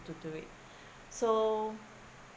to do it so